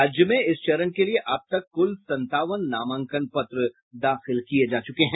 राज्य में इस चरण के लिए अब तक कुल संतावन नामांकन पत्र दाखिल किए जा चुके हैं